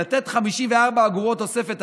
לתת 54 אגורות תוספת,